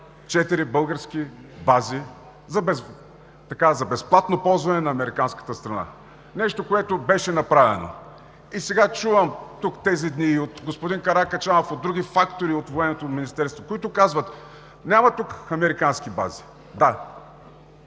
четири български бази за безплатно ползване на американската страна. Нещо, което беше направено. И сега чувам тук тези дни и от господин Каракачанов, от други фактори от Военното министерство, които казват: „няма тук американски бази“. Как